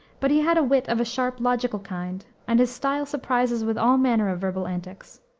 but he had wit of a sharp, logical kind, and his style surprises with all manner of verbal antics.